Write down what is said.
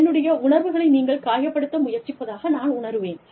என்னுடைய உணர்வுகளை நீங்கள் காயப்படுத்த முயற்சிப்பதாக நான் உணர்வேன்